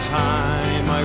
time